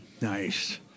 Nice